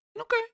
Okay